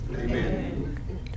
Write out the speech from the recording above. Amen